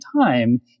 time